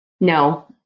No